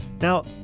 now